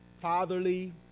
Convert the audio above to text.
fatherly